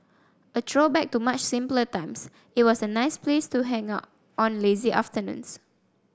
a throwback to much simpler times it was a nice place to hang out on lazy afternoons